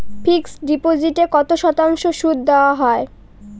Fixed ডিপোজিটে কত শতাংশ সুদ দেওয়া হয়?